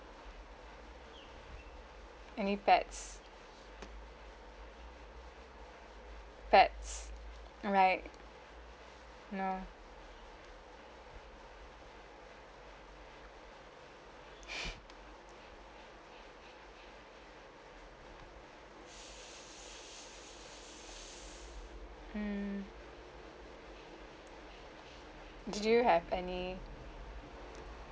any pets pets uh right no mm did you have any